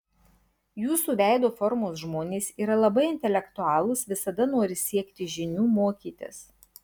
jūsų veido formos žmonės yra labai intelektualūs visada nori siekti žinių mokytis